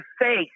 face